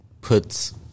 puts